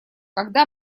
когда